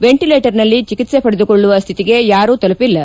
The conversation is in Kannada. ವೆಂಟಲೇಟರ್ನಲ್ಲಿ ಚಿಕಿತ್ಸೆ ಪಡೆದುಕೊಳ್ಳುವ ಸ್ಥಿತಿಗೆ ಯಾರೂ ತಲುಪಿಲ್ಲ